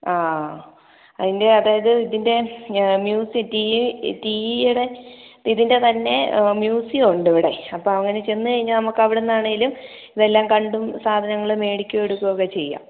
ആ അതിൻ്റെ അതായത് ഇതിൻ്റെ മ്യൂസിയം ടീ ടീയുടെ ഇതിൻ്റെ തന്നെ മ്യൂസിയം ഉണ്ട് ഇവിടെ അപ്പോൾ അങ്ങനെ ചെന്ന് കഴിഞ്ഞാൽ നമുക്ക് അവിടുന്ന് ആണെങ്കിലും ഇതെല്ലാം കണ്ടും സാധനങ്ങൾ മേടിക്കുവോ എടുക്കുവോ ഒക്കെ ചെയ്യാം